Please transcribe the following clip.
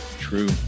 True